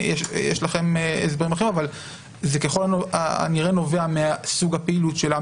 אבל זה ככל הנראה נובע מסוג הפעילות שלה,